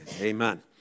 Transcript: Amen